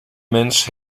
mens